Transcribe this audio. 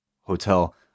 hotel